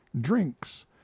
drinks